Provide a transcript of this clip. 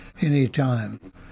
anytime